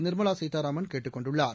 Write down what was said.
நிர்மலா சீதாராமன் கேட்டுக் கொண்டுள்ளார்